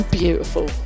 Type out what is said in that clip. beautiful